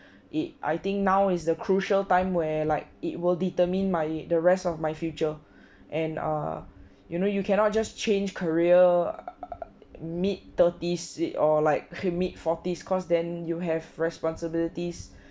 it I think now is the crucial time where like it will determine my the rest of my future and err you know you cannot just change career mid thirties it err like err mid forties cause then you have responsibilities